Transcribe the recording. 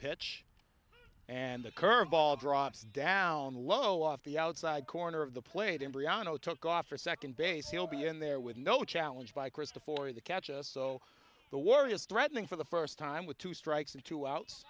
pitch and the curve ball drops down low off the outside corner of the plate and briana took off for a second base he'll be in there with no challenge by krista for the catches so the warriors threatening for the first time with two strikes and two outs